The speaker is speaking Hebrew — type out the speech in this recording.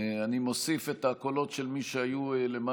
חוק הבנקאות (רישוי) (תיקון מס'